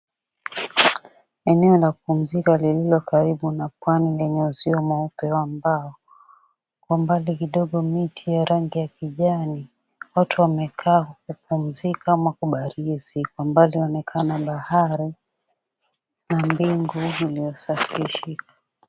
Eneo la kupumzika lililo karibu na pwani lenye uzio mweupe wa mbao. Kwa mbali kidogo miti ya rangi ya kijani. Watu wamekaa kupumzika ama kubarizi. Kwa mbali yaonekana bahari na mbingu iliyosafishika.